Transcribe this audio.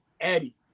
eddie